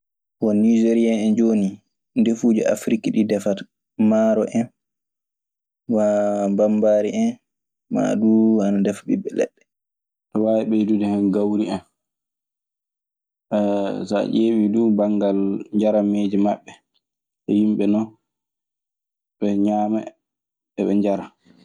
Niiserien en jooni ndefuuji afrik ɗii defata: maaro en, maa mambaari en. Maa duu ana defa ɓiɓɓe leɗɗe. Aɗe waawi ɓeydude hen gawri en. So a ƴeewii duu banngal njarameeji maɓɓe ɓe yimɓe non eɓe ñaama eɓe njara.